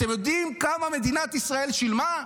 אתם יודעים כמה מדינת ישראל שילמה?